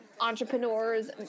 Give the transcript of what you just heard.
entrepreneurs